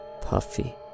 puffy